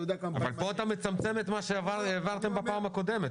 אתה יודע כמה ---- אבל פה אתה מצמצם את מה שהעברתם בפעם הקודמת.